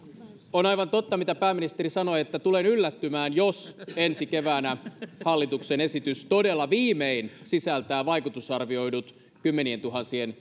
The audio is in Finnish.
on aivan totta mitä pääministeri sanoi että tulen yllättymään jos ensi keväänä hallituksen esitys todella viimein sisältää vaikutusarvioidut kymmenientuhansien